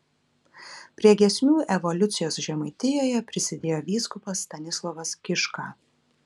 prie giesmių evoliucijos žemaitijoje prisidėjo vyskupas stanislovas kiška